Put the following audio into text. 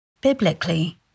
Biblically